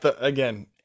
again